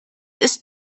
ist